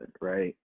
Right